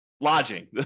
Lodging